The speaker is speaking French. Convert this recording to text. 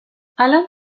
alain